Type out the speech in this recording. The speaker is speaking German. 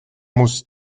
muss